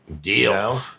Deal